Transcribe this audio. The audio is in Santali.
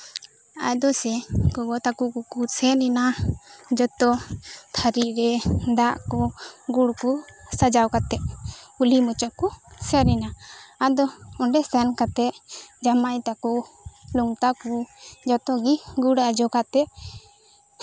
ᱟᱫᱚ ᱥᱮ ᱜᱚᱜᱚ ᱛᱟᱠᱚ ᱠᱚᱠᱚ ᱥᱮᱱ ᱮᱱᱟ ᱡᱚᱛᱚ ᱛᱷᱟᱹᱨᱤ ᱨᱮ ᱫᱟᱜ ᱠᱚ ᱜᱩᱲ ᱠᱚ ᱥᱟᱡᱟᱣ ᱠᱟᱛᱮᱫ ᱠᱚ ᱠᱩᱞᱦᱤ ᱢᱩᱪᱟᱹᱫ ᱥᱮᱱ ᱮᱱᱟ ᱟᱫᱚ ᱩᱱᱠᱩ ᱠᱚ ᱥᱮᱱ ᱠᱟᱛᱮᱫ ᱡᱟᱶᱟᱭ ᱛᱟᱠᱚ ᱞᱚᱝᱛᱟ ᱠᱚ ᱡᱚᱛᱚ ᱜᱮ ᱜᱩᱲ ᱟᱡᱚ ᱠᱟᱛᱮᱫ